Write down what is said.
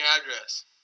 address